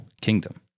kingdom